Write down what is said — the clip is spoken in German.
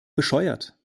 bescheuert